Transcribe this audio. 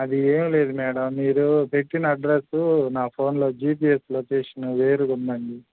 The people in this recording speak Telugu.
అది ఏమి లేదు మేడం మీరు పెట్టిన అడ్రస్సు నా ఫోన్లో జీపిఎస్ లొకేషన్ వేరుగా ఉందండి